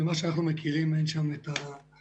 ממה שאנחנו מכירים אין שם את האפליקציה